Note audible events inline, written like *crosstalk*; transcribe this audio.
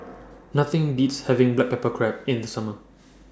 *noise* Nothing Beats having Black Pepper Crab in The Summer